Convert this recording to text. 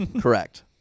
Correct